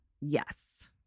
Yes